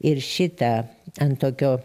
ir šitą ant tokio